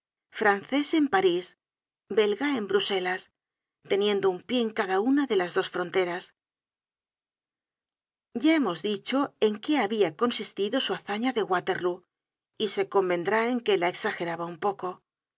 francés en parís belga en bruselas teniendo un pie en cada una de las dos fronteras ya hemos dicho en qué habia consistido su hazaña de waterlóo y se convendrá en que la exageraba un poco el flujo y